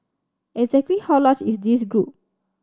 exactly how large is this group